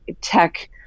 tech